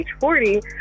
40